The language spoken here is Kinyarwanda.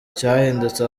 cyahindutse